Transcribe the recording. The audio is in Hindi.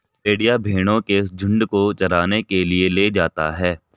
गरेड़िया भेंड़ों के झुण्ड को चराने के लिए ले जाता है